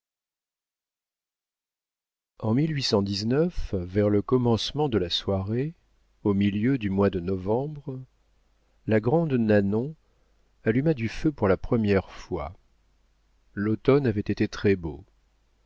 en vers le commencement de la soirée au milieu du mois de novembre la grande nanon alluma du feu pour la première fois l'automne avait été très beau